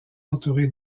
entouré